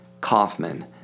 Kaufman